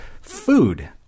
food